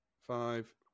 five